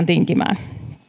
tinkimään